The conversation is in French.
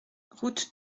route